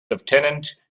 lieutenant